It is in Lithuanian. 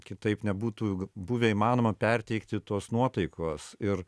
kitaip nebūtų buvę įmanoma perteikti tos nuotaikos ir